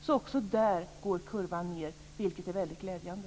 Så också där går kurvan ned, vilket är väldigt glädjande.